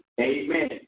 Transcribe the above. Amen